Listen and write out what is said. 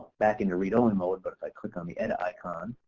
back in to read only mode but i click on the edit icon.